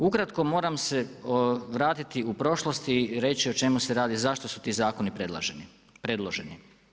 Ukratko moram se vratiti u prošlost i reći o čemu se radi, zašto su ti zakoni predloženi.